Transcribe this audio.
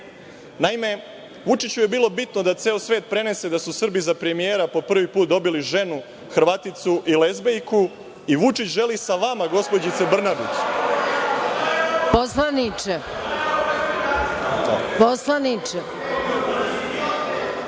trik. Naime, Vučiću je bilo bitno da celom svetu prenese da su Srbi za premijera po prvi put dobili ženu Hrvaticu i lezbijku. Vučić želi sa vama, gospođice Brnabić… **Maja Gojković**